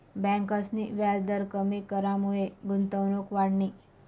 ब्यांकसनी व्याजदर कमी करामुये गुंतवणूक वाढनी